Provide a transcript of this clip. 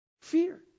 Fear